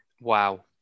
Wow